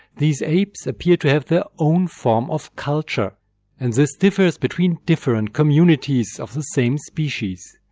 these apes appear to have their own form of culture and this differs between different communities of the same species.